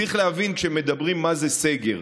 צריך להבין, כשמדברים, מה זה סגר: